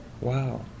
wow